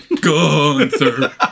Gunther